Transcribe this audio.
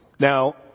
Now